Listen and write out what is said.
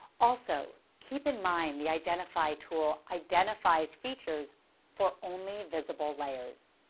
also, keep in mind the identify tool identifies features for only visible layers.